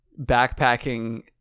backpacking